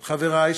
חברי,